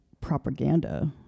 propaganda